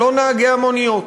לא נהגי המוניות.